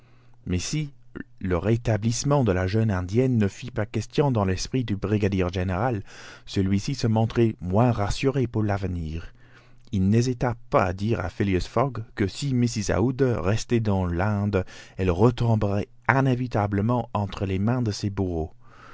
mais si le rétablissement de la jeune indienne ne fit pas question dans l'esprit du brigadier général celui-ci se montrait moins rassuré pour l'avenir il n'hésita pas à dire à phileas fogg que si mrs aouda restait dans l'inde elle retomberait inévitablement entre les mains de ses bourreaux